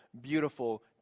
beautiful